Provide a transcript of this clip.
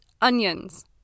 onions